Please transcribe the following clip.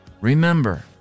remember